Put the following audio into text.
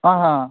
ಹಾಂ ಹಾಂ